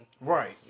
Right